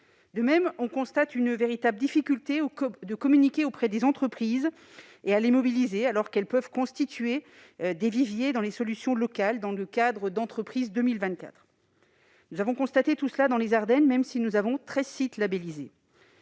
De même, on constate une véritable difficulté à communiquer auprès des entreprises et à les mobiliser alors qu'elles peuvent constituer des viviers dans les solutions locales dans le cadre d'« Entreprises 2024 ». Nous avons constaté tout cela dans les Ardennes, même si nous comptons treize sites labellisés.